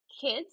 kids